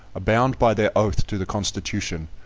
bound by their oath to the constitution,